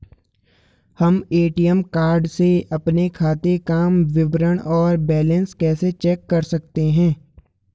हम ATM card से अपने खाते काम विवरण और बैलेंस कैसे चेक कर सकते हैं?